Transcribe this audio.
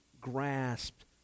grasped